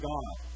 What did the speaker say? God